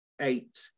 eight